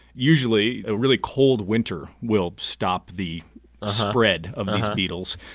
usually a really cold winter will stop the ah spread of these beetles.